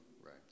Right